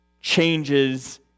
changes